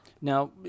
Now